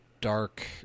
dark